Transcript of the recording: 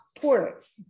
ports